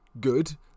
good